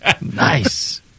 Nice